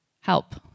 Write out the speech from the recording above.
help